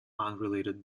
unrelated